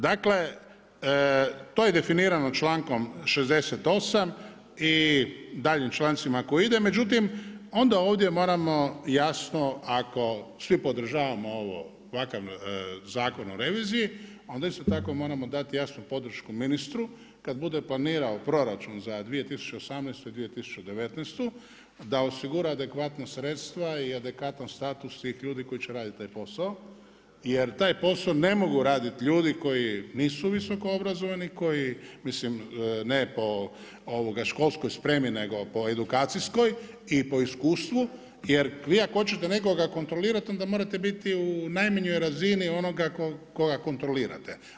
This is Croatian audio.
Dakle, to je definirano člankom 68. i daljnjim člancima koji idu, međutim onda ovdje moramo jasno ako svi podržavamo ovakav Zakon o reviziji, onda isto tako moramo dati jasnu podršku ministru kad bude planirao proračun za 2018. i 2019., da osigura adekvatna sredstva i adekvatan status svih ljudi koji će raditi taj posao jer taj posao ne mogu raditi ljudi koji nisu visokoobrazovani, koji mislim ne po školskoj spremi, nego po edukacijskoj i po iskustvu jer vi ako hoćete nekoga kontrolirati onda morate biti u najmanjoj razini onoga koga kontrolirate.